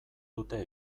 dute